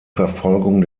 verfolgung